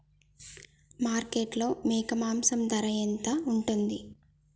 మార్కెట్లో మేక మాంసం ధర ఎంత ఉంటది?